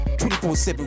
24-7